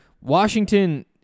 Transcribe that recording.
Washington